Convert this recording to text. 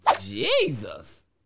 Jesus